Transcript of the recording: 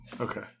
Okay